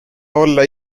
olla